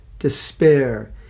despair